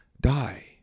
die